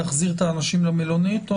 נחזיר את האנשים למלונית?